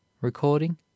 Recording